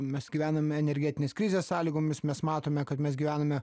mes gyvename energetinės krizės sąlygomis mes matome kad mes gyvename